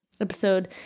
episode